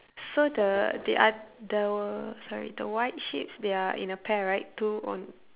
so the the oth~ the sorry the white sheeps they are in a pair right two on